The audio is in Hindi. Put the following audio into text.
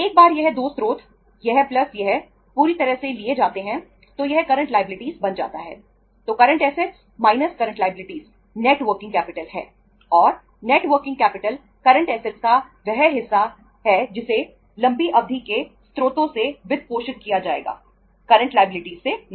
एक बार यह 2 स्रोत यह प्लस से नहीं